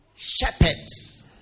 shepherds